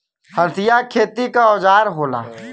हंसिया खेती क औजार होला